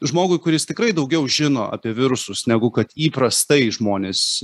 žmogui kuris tikrai daugiau žino apie virusus negu kad įprastai žmonės